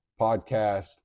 podcast